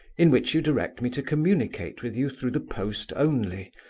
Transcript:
in which you direct me to communicate with you through the post only,